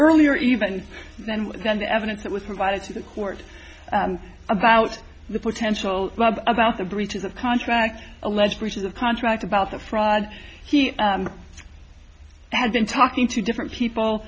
earlier even then was the evidence that was provided to the court about the potential about the breaches of contract alleged breaches of contract about the fraud he i had been talking to different people